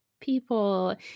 people